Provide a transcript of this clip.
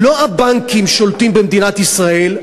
לא הבנקים שולטים במדינת ישראל,